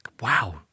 wow